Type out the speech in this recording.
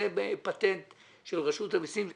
זה פטנט של רשות המיסים.